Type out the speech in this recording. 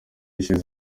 ishize